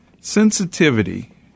sensitivity